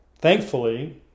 thankfully